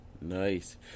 Nice